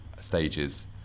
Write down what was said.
stages